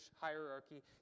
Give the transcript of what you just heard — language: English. hierarchy